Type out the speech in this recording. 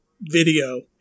video